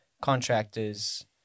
contractors